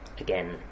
again